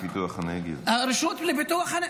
הרשות לפיתוח הנגב.